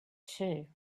too